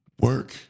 work